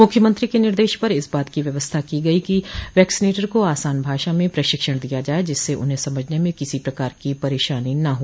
मुख्यमंत्री के निर्देश पर इस बात की व्यवस्था की गई है कि वैक्सीनेटर को आसान भाषा में प्रशिक्षण दिया जाये जिससे उन्हें समझने में किसी प्रकार की परेशानी नहीं हो